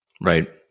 Right